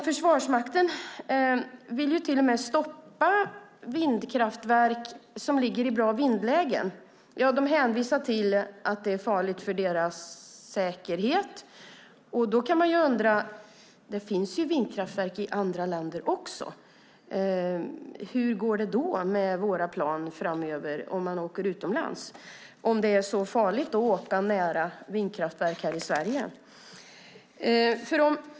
Försvarsmakten vill till och med stoppa vindkraftverk som ligger i bra vindlägen. De hänvisar till att det är farligt med tanke på säkerheten. Då kan man ju - eftersom det finns vindkraftverk även i andra länder - fråga sig hur det går med flygplanen framöver, när man åker utomlands, om det nu är så farligt att åka nära vindkraftverk i Sverige.